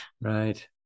Right